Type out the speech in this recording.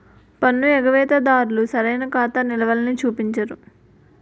పన్ను ఎగవేత దారులు సరైన ఖాతా నిలవలని చూపించరు